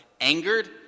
angered